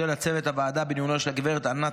אודה לצוות הוועדה בניהולה של הגב' ענת